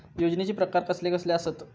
योजनांचे प्रकार कसले कसले असतत?